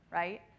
right